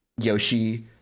Yoshi